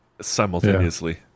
simultaneously